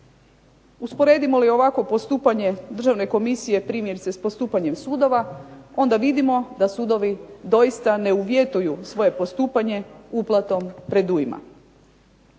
Usporedimo li ovakvo postupanje državne komisije primjerice s postupanjem sudova, onda vidimo da sudovi doista ne uvjetuju svoje postupanje uplatom predujma.